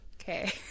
Okay